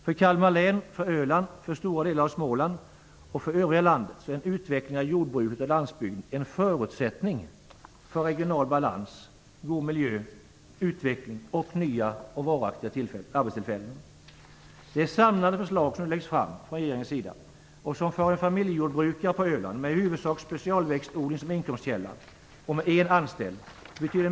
För Kalmar län, Öland, stora delar av Småland och övriga landet är en utveckling av jordbruket och landsbygden en förutsättning för regional balans, god miljö, utveckling och nya och varaktiga arbetstillfällen. Det samlade förslag som regeringen nu lägger fram betyder en minskad lönsamhet med 150 000 kr för en familjejordbrukare på Öland med i huvudsak specialväxtodling som inkomstkälla och med en anställd.